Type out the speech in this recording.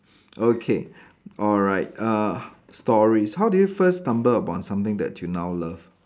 okay alright uh stories how do you first stumble upon something that you now love